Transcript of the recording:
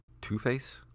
two-face